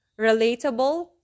relatable